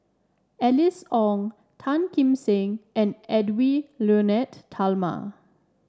Alice Ong Tan Kim Seng and Edwy Lyonet Talma